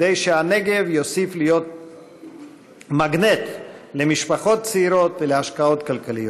כדי שהנגב יוסיף להיות מגנט למשפחות צעירות ולהשקעות כלכליות.